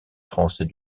français